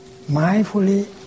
mindfully